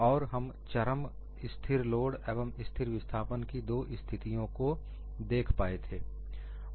और हम चरम स्थिर लोड एवं स्थिर विस्थापन की दो स्थितियों को देख पाए थे